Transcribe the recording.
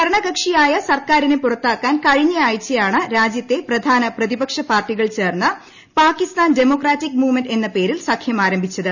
ഭരണകക്ഷിയായ സർക്കാരിനെ പുറത്താക്കാൻ കഴിഞ്ഞയാഴ്ചയാണ് രാജ്യത്തെ പ്രധാന പ്രതിപക്ഷ പാർട്ടികൾ ചേർന്ന് പാകിസ്ഥാൻ ഡെമോക്രാറ്റിക് മൂവ്മെന്റ് എന്ന പേരിൽ സഖ്യം ആരംഭിച്ചത്